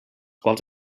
quals